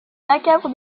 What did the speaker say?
macabre